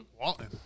Walton